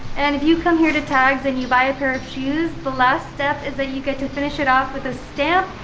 and if you come here to tags and you buy a pair of shoes, the last step is that you get to finish it off with a stamp.